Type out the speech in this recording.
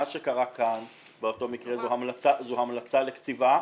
מה שקרה כאן באותו מקרה זו המלצה לקציבה,